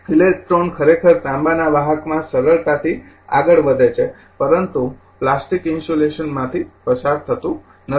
તેથી ઇલેક્ટ્રોન ખરેખર તાંબાના વાહકમાં સરળતાથી આગળ વધે છે પરંતુ પ્લાસ્ટિક ઇન્સ્યુલેશનમાંથી પસાર થતું નથી